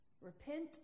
Repent